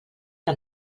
que